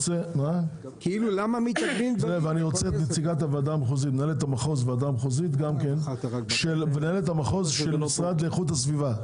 את מנהלת המחוז ואת הוועדה המחוזית של המשרד לאיכות הסביבה.